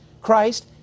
Christ